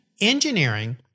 engineering